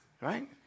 Right